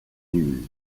used